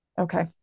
Okay